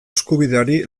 eskubideari